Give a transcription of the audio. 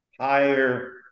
higher